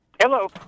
Hello